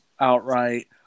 outright